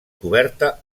coberta